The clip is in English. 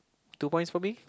two points for me